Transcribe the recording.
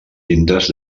llindes